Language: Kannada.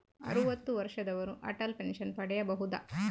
ಅರುವತ್ತು ವರ್ಷದವರು ಅಟಲ್ ಪೆನ್ಷನ್ ಪಡೆಯಬಹುದ?